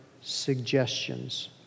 suggestions